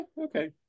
okay